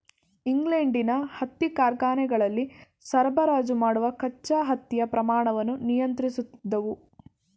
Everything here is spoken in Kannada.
ಇಂಗ್ಲೆಂಡಿನ ಹತ್ತಿ ಕಾರ್ಖಾನೆಗಳಿಗೆ ಸರಬರಾಜು ಮಾಡುವ ಕಚ್ಚಾ ಹತ್ತಿಯ ಪ್ರಮಾಣವನ್ನು ನಿಯಂತ್ರಿಸುತ್ತಿದ್ದವು